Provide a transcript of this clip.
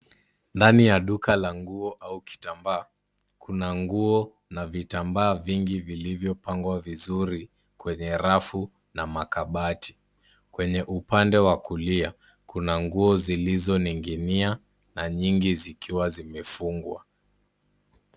Ndani ya duka la nguo au vitambaa, kuna nguo na vitambaa vyingi vilivyopangwa vizuri, kwenye rafu na makabati. Kwenye upande wa kulia, kuna nguo zilizoning'inia na nyingi zikiwa zimefungwa.